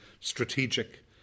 strategic